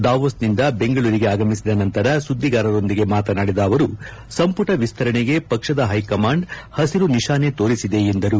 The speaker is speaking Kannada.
ದಾವೋಸ್ನಿಂದ ಬೆಂಗಳೂರಿಗೆ ಆಗಮಿಸಿದ ನಂತರ ಸುದ್ದಿಗಾರರೊಂದಿಗೆ ಮಾತನಾಡಿದ ಅವರು ಸಂಪುಟ ವಿಸ್ತರಣೆಗೆ ಪಕ್ಷದ ಹೈಕಮಾಂಡ್ ಹಸಿರು ನಿಶಾನೆ ತೋರಿಸಿದೆ ಎಂದರು